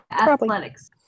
athletics